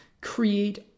create